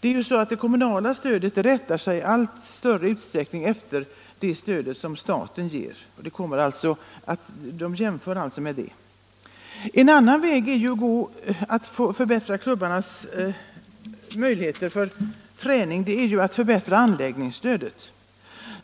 Det kommunala stödet rättar sig också i allt större utsträckning efter det stöd som staten ger. En annan väg att förbättra klubbarnas träningsmöjligheter är att utöka anläggningsstödet.